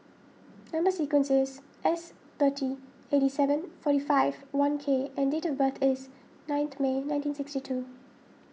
Number Sequence is S thirty eighty seven forty five one K and date of birth is ninth May nineteen sixty two